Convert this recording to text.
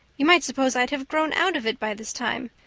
you might suppose i'd have grown out of it by this time.